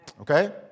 okay